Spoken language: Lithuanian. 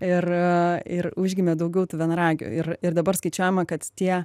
ir ir užgimė daugiau tų vienaragių ir ir dabar skaičiuojama kad tie